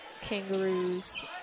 Kangaroos